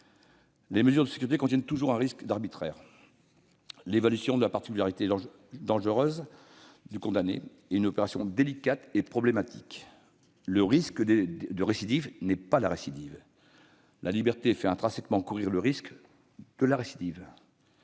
Les mesures de sûreté comportent toujours un risque d'arbitraire. L'évaluation de la particulière dangerosité du condamné est une opération délicate et problématique. Le risque de récidive n'est pas la récidive. La liberté fait intrinsèquement courir le risque de la récidive,